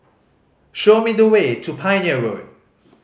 show me the way to Pioneer Road